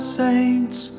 saints